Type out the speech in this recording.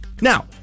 Now